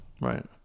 Right